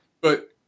But-